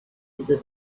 dieser